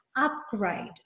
upgrade